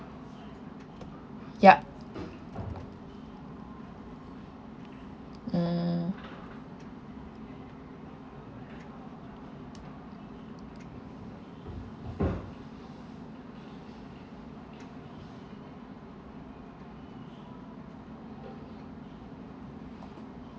yup mm